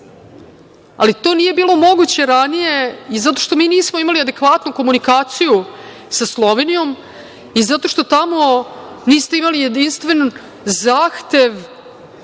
To nije bilo moguće ranije zato što mi nismo imali adekvatnu komunikaciju sa Slovenijom i zato što tamo niste imali jedinstven zahtev